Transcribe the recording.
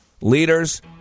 Leaders